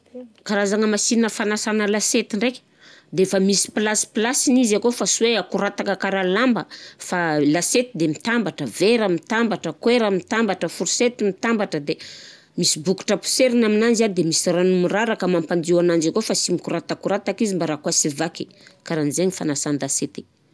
Karazagna machine fanasagna lasiety ndraiky defa misy plase plaseny izy akao fa sy hoe akorataka karaha lamba fa lasiety de mitambatra, vera mitambatra, koera mitambatra forsety mitambatra de misy bokotra poserina aminanjy an de misy rano miraraka mampandio ananjy akao fa sy mikoratakorataka izy mba roà sy ho vaky, karan-jaigny fanasan-dasiety.